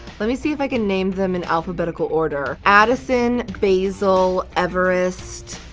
let me see if i can name them in alphabetical order. addison, basil, everest,